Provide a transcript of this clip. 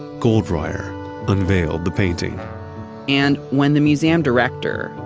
goldreyer unveiled the painting and when the museum director,